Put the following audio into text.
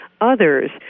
others